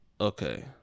Okay